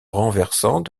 renversant